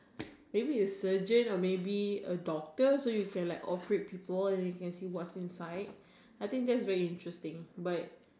maybe it's a surgeon or maybe a doctor so we can operate people and then can see what's inside I think that's really interesting but